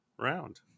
round